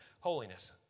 holiness